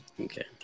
Okay